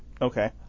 Okay